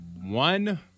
One